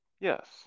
Yes